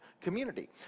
community